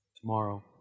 Tomorrow